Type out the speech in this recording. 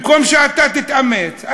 במקום שאתה תתאמץ,